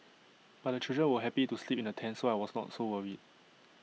but the children were happy to sleep in the tent so I was not so worried